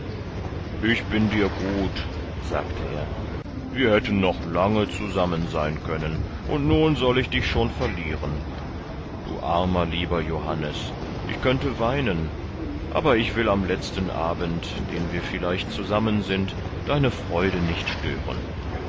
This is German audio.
ich bin dir gut sagte er wir hätten noch lange zusammen sein können und nun soll ich dich schon verlieren du armer lieber johannes ich könnte weinen aber ich will am letzten abend den wir vielleicht zusammen sind deine freude nicht stören